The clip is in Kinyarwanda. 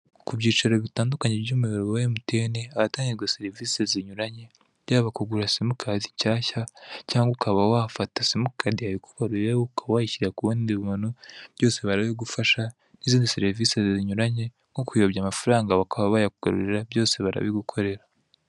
Ku byicaro bitandukanye by'umuyoboro wa MTN, ahatangirwa serivise zinyuranye; yaba kugura simukadi nshyashya cyangwa ukaba wafata simukadi ikubruyeho ukaba wayishyira ku wundi muntu, byose barabigufasha, n'izindi serivise zinyuranye, nko kuyobya amafaranga bakaba bayakugarurira, byose barabigukorera.